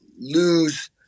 lose